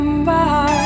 Bye